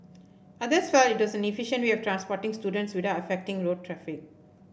others felt it was an efficient way of transporting students without affecting road traffic